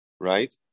right